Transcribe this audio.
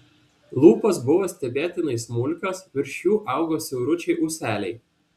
lūpos buvo stebėtinai smulkios virš jų augo siauručiai ūseliai